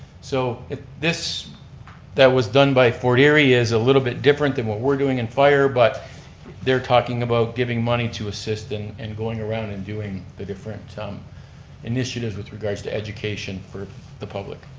so if this that was done by fort erie is a little bit different than what we're doing in fire, but they're talking about giving money to assisting and going around and doing the different um initiatives with regards to education for the public.